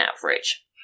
average